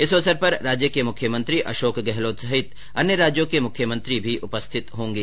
इस अवसर पर राज्य के मुख्यमंत्री अशोक गहलोत सहित अन्य राज्यों के मुख्यमंत्री भी उपस्थिति रहेंगे